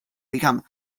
become